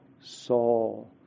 Saul